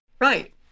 right